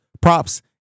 props